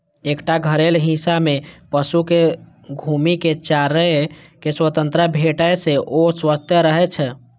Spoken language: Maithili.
एकटा घेरल हिस्सा मे पशु कें घूमि कें चरै के स्वतंत्रता भेटै से ओ स्वस्थ रहै छै